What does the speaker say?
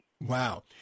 wow